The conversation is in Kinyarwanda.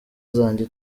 zanjye